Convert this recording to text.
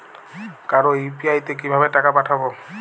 কারো ইউ.পি.আই তে কিভাবে টাকা পাঠাবো?